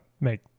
make